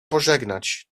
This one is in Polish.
pożegnać